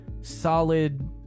Solid